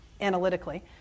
analytically